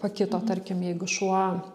pakito tarkim jeigu šuo